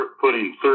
putting